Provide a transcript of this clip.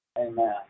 Amen